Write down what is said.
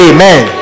Amen